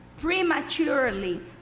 prematurely